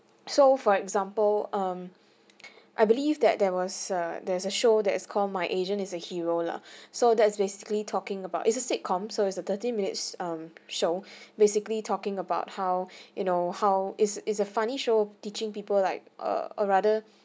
so for example um I believe that there was a there is a show that is call my agent is a hero lah so that's basically talking about it's a sitcom so of thirty minutes um show basically talking about how you know how is is a funny show teaching people like uh uh rather